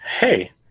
hey